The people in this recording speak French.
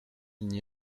n’y